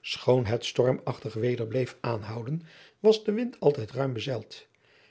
schoon het stormachtig weder bleef aanhouden was de wind altijd ruim bezeild